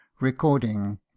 Recording